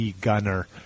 gunner